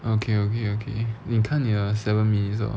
okay okay okay 你看你的 seven minutes lor